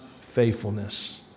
faithfulness